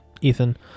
Ethan